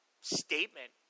statement